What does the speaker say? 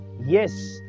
Yes